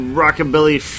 rockabilly